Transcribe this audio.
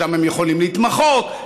שם הם יכולים להתמחות,